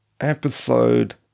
episode